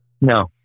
No